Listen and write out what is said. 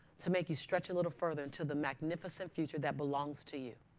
to make you stretch a little further into the magnificent future that belongs to you.